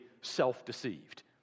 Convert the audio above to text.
self-deceived